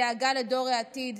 מדאגה לדור העתיד,